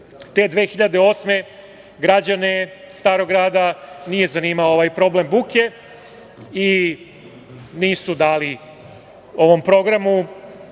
godine, građane Starog Grada nije zanimao ovaj problem buke, i nisu dali ovom programu